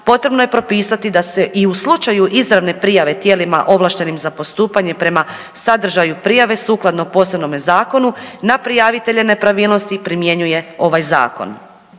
potrebno je propisati da se i u slučaju izravne prijave tijelima ovlaštenim za postupanje prema sadržaju prijave sukladno posebnome zakonu na prijavitelje nepravilnosti primjenjuje ovaj zakon,